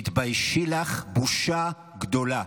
תתביישי לך, בושה גדולה.